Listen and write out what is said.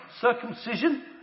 circumcision